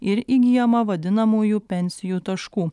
ir įgyjama vadinamųjų pensijų taškų